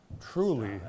Truly